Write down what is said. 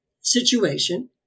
situation